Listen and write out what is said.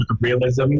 Realism